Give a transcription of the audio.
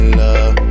love